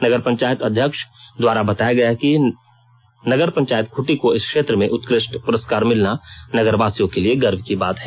नगर पंचायत अध्यक्ष द्वारा बताया गया कि नगर पंचायत खूँटी को इस क्षेत्र में उत्कृष्ट पुरस्कार मिलना नगर वासियों के लिए गर्व की बात है